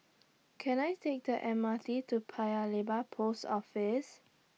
Can I Take The M R T to Paya Lebar Post Office